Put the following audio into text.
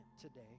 today